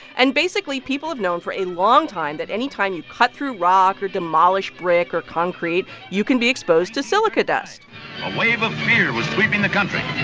and basically, people have known for a long time that anytime you cut through rock or demolish brick or concrete, you can be exposed to silica dust a wave of fear was sweeping the country.